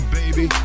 baby